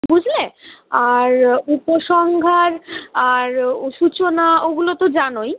বুঝলে আর উপসংহার আর সূচনা ওগুলো তো জানোই